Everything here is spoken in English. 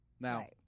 Now